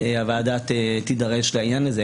הוועדה תידרש לעניין הזה,